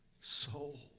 soul